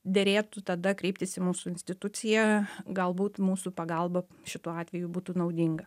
derėtų tada kreiptis į mūsų instituciją galbūt mūsų pagalba šituo atveju būtų naudinga